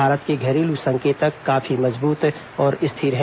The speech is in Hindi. भारत के घरेलू संकेतक काफी मजबूत और स्थिर हैं